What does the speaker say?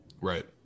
Right